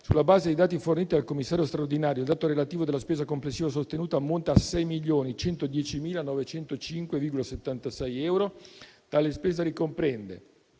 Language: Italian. sulla base dei dati forniti dal commissario straordinario, il dato relativo della spesa complessiva sostenuta ammonta a 6.110.905,76 euro. Tale spesa ricomprende,